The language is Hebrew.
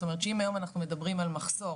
זאת אומרת שאם היום אנחנו מדברים על מחסור